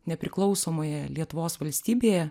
nepriklausomoje lietuvos valstybėje